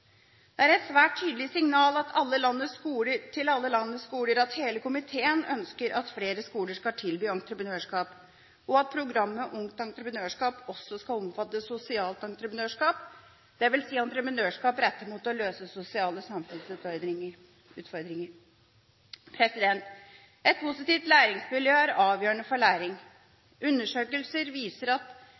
Det er et svært tydelig signal til alle landets skoler at hele komiteen ønsker at flere skoler skal tilby entreprenørskap, og at programmet Ungt Entreprenørskap også skal omfatte sosialt entreprenørskap, dvs. entreprenørskap rettet mot å møte sosiale samfunnsutfordringer. Et positivt læringsmiljø er avgjørende for læring. Undersøkelser viser at